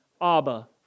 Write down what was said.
Abba